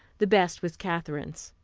the best was katherine's.